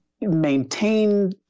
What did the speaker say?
maintain